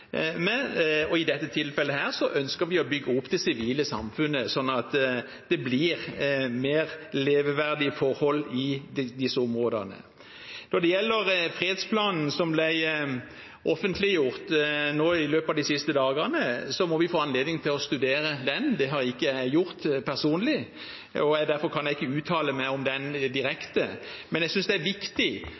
sivile samfunnet, slik at det blir mer leveverdige forhold i disse områdene. Når det gjelder fredsplanen som ble offentliggjort i løpet av de siste dagene, må vi få anledning til å studere den. Det har ikke jeg gjort personlig, og derfor kan jeg ikke uttale meg om den direkte. Men jeg synes det er viktig